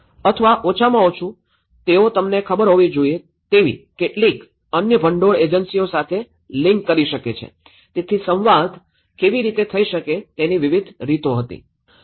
અથવા ઓછામાં ઓછું તેઓ તમને ખબર હોય તેવી કેટલીક અન્ય ભંડોળ એજન્સીઓ સાથે લિંક કરી શકે છે તેથી સંવાદ કેવી રીતે થઈ શકે તેની વિવિધ રીતો હતી